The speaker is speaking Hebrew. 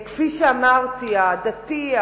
כפי שאמרתי: הדתי,